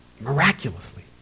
miraculously